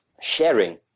sharing